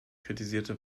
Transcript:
kritisierte